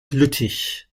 lüttich